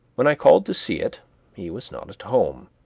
when i called to see it he was not at home.